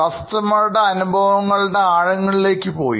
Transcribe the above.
കസ്റ്റമറുടെ അനുഭവങ്ങളുടെ ആഴങ്ങളിലേക്ക് പോയി